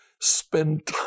Spend